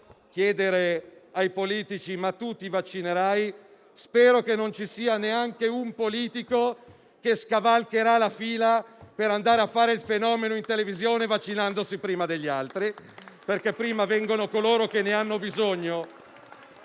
chiedere ai politici se si vaccineranno, spero che non ci sia neanche un politico che scavalcherà la fila per andare a fare il fenomeno in televisione, vaccinandosi prima degli altri, perché prima vengono coloro che ne hanno bisogno.